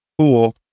cool